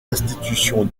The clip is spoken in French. institutions